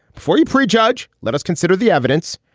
before you prejudge let us consider the evidence.